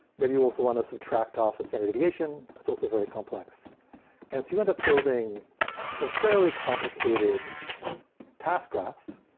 maybe you also want to subtract off some set of deviation. that's also very complex and so you end up building some fairly complicated task graphs,